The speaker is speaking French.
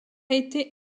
été